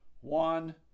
one